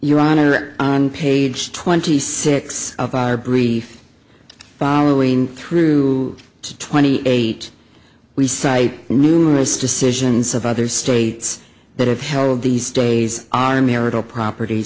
honor on page twenty six of our brief following through to twenty eight we cite numerous decisions of other states that have held these days our marital property